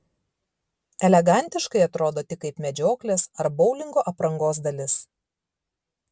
elegantiškai atrodo tik kaip medžioklės ar boulingo aprangos dalis